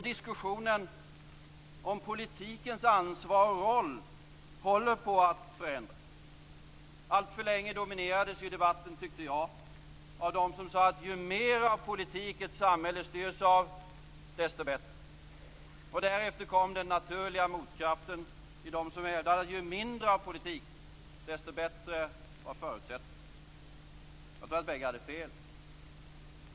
Diskussionen om politikens ansvar och roll håller på att förändras. Alltför länge dominerades debatten, tyckte jag, av dem som sade att ju mer av politik ett samhälle styrs av, desto bättre. Därefter kom den naturliga motkraften i dem som hävdade att ju mindre av politik, desto bättre förutsättningar. Jag tror att bägge hade fel.